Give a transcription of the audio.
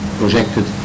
projected